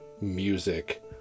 music